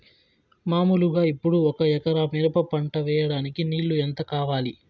మామూలుగా ఇప్పుడు ఒక ఎకరా మిరప పంట వేయడానికి నీళ్లు ఎంత కావాలి?